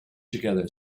together